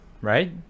right